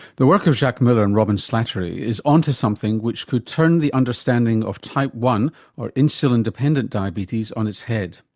the work of jacques miller and robyn slattery is on to something which could turn the understanding of type one or insulin dependent diabetes on its head.